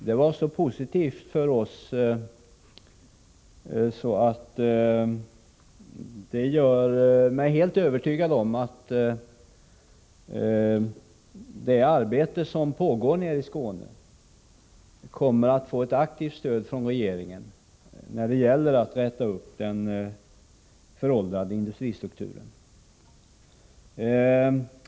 Det var så positivt för oss att det gör mig helt övertygad om att det arbete som pågår i Skåne kommer att få ett aktivt stöd från regeringen när det gäller att räta upp den föråldrade industristrukturen.